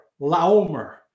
Laomer